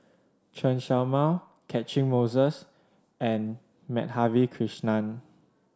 Chen Show Mao Catchick Moses and Madhavi Krishnan